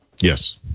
Yes